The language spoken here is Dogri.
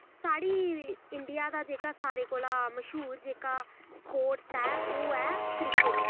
साढ़ी इंडिया दा जेह्का सारें मश्हूर जेह्का स्पोर्टस ऐ ओह् ऐ क्रिक्रेट